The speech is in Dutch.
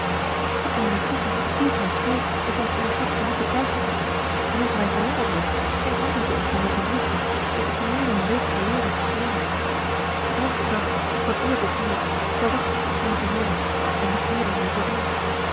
ik kan je niet zeggen hoe het mij spijt dat je ons eergisteren niet hebt thuisgetroffen en hoe het mij verwonderd heeft geen antwoord te ontvangen op een briefje dat ik je meer dan een week geleden geschreven heb elken dag van uur tot uur verwachtte ik iets van je te hooren en nog eerder je te zien